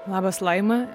labas laima